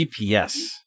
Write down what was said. GPS